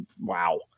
wow